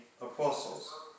Apostles